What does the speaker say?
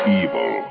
evil